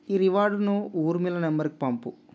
ఈ రివార్డ్ను ఊర్మిళ నంబర్కి పంపు